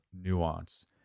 nuance